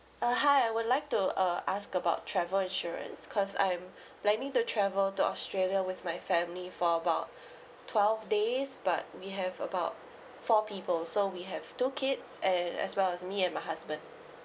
uh hi I would like to uh ask about travel insurance cause I'm planning to travel to australia with my family for about twelve days but we have about four people so we have two kids and as well as me and my husband